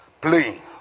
playing